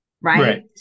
right